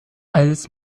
als